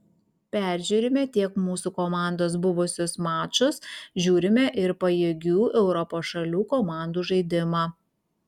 peržiūrime tiek mūsų komandos buvusius mačus žiūrime ir pajėgių europos šalių komandų žaidimą